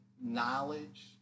knowledge